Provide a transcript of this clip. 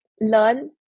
Learn